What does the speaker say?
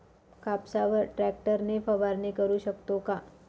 कापसावर ट्रॅक्टर ने फवारणी करु शकतो का?